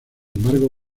embargo